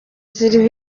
ziriho